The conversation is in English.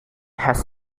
has